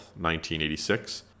1986